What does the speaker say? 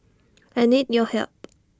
I need your help